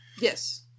Yes